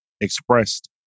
expressed